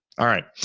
alright.